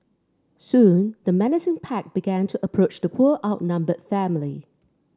soon the menacing pack began to approach the poor outnumbered family